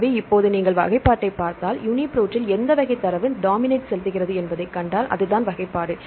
எனவே இப்போது நீங்கள் வகைப்பாட்டைப் பார்த்தால் யுனிப்ரோட்டில் எந்த வகை தரவு டாமிநேட் செலுத்துகிறது என்பதை கண்டால் அது தான் வகைப்பாடு